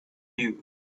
you